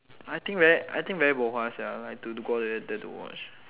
I think very I think very bo hua sia like to go all the way there to watch